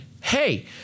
Hey